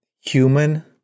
human